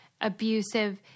Abusive